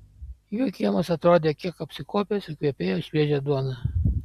jų kiemas atrodė kiek apsikuopęs ir kvepėjo šviežia duona